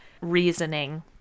reasoning